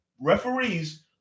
referees